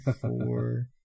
four